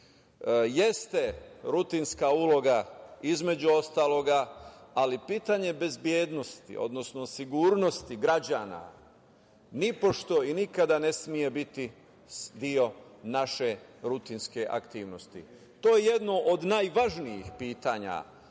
Jeste rutinska uloga, između ostalog, ali pitanje bezbednosti, odnosno sigurnosti građana nipošto i nikada ne sme biti deo naše rutinske aktivnosti. To je jedno od najvažnijih pitanja